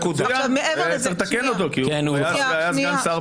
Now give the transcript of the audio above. צריך לתקן אותו, כי הוא היה סגן שר.